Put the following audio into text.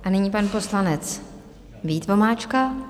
A nyní pan poslanec Vít Vomáčka.